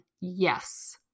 yes